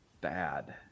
bad